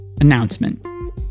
announcement